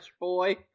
boy